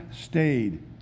stayed